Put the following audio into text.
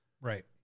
Right